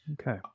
Okay